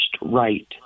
right